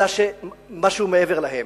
אלא משהו מעבר להן.